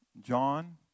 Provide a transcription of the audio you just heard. John